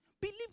Believe